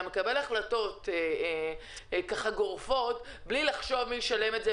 מקבלים החלטות גורפות בלי לחשוב מי ישלם את זה,